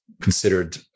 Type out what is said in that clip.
considered